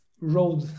road